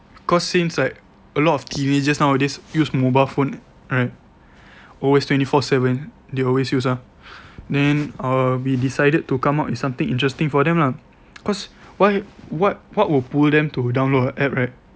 because since like a lot of teens just nowadays use mobile phone right always twenty four seven they always use ah then we decided to come up with something interesting for them lah cause why what what will pull them to download the app right